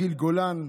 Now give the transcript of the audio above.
גיל גולן.